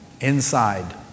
inside